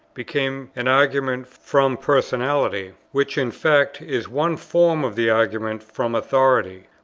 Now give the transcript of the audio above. became an argument from personality, which in fact is one form of the argument from authority.